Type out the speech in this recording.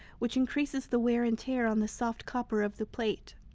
which increases the wear and tear on the soft copper of the plate.